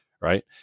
right